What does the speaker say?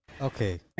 Okay